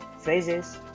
phrases